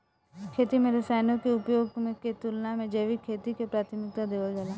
खेती में रसायनों के उपयोग के तुलना में जैविक खेती के प्राथमिकता देवल जाला